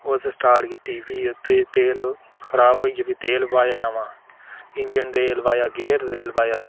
उस स्टाट कीती फ्ही ते तेल खराब होई गेआ फ्ही तेल पाया नमां इंजन तेल पाया गेर तेल पाया